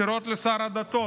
ישירות לשר הדתות.